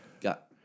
Got